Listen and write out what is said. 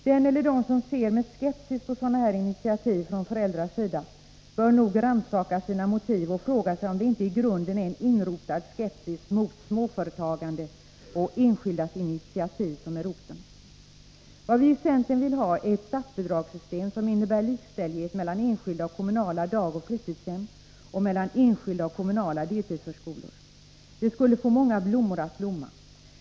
Den eller de som ser med skepsis på sådana här initiativ från föräldrars sida bör nog rannsaka sina motiv och fråga sig om det inte i grunden är en inrotad skepsis mot småföretagande och enskildas initiativ som är roten. Vad vi i centern vill ha är ett statsbidragssystem, som innebär likställighet mellan enskilda och kommunala dagoch fritidshem samt mellan enskilda och kommunala deltidsförskolor. Det skulle få många blommor att blomma.